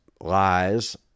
lies